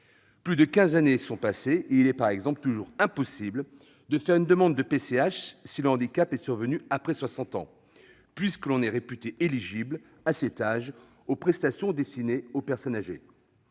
Plus de quinze années ont passé, et il est, par exemple, toujours impossible de faire une demande de PCH si le handicap est survenu après 60 ans, puisque l'on est alors réputé éligible aux prestations destinées aux personnes âgées.